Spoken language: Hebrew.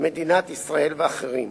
מדינת ישראל ואחרים,